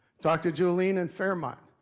talk to julene in fairmont.